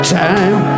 time